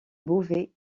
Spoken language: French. beauvais